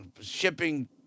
shipping